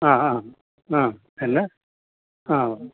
ആ ആ ആ എന്താണ് ആ